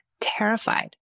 terrified